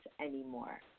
anymore